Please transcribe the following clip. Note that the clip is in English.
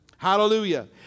Hallelujah